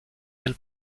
del